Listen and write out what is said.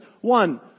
One